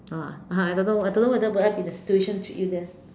!wah! I don't know I don't know whether I would be in a situation treat you then